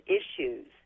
issues